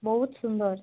ବହୁତ ସୁନ୍ଦର